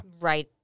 right